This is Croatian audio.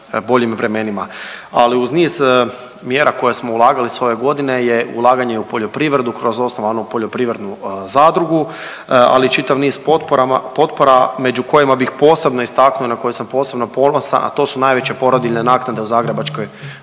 boljim vremenima. Ali uz niz mjera koje smo ulagali sve ove godine je ulaganje i u poljoprivredu kroz osnovanu poljoprivrednu zadrugu, ali čitav niz potpora među kojima bih posebno istaknuo na koje sam posebno ponosan, a to su najveće porodiljne naknade u Zagrebačkoj